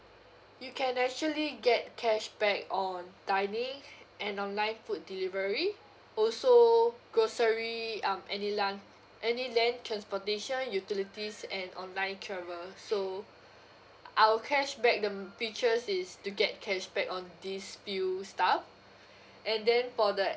you can actually get cashback on dining and online food delivery also grocery um any land any land transportation utilities and online travel so ou~ our cashback the mm features is to get cashback on these few stuff and then for the